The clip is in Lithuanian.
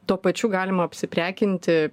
tuo pačiu galima apsiprekinti